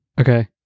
Okay